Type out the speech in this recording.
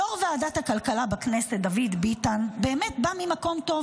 יושב-ראש ועדת הכלכלה בכנסת דוד ביטן בא ממקום טוב,